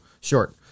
short